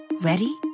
Ready